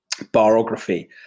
barography